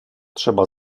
trzeba